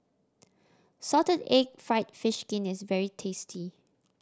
salted egg fried fish skin is very tasty